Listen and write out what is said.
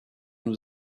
nous